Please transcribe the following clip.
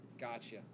Gotcha